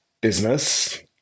business